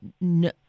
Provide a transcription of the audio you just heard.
no